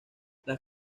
las